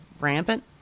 rampant